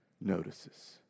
notices